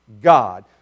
God